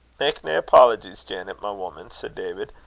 mak nae apologies, janet, my woman, said david.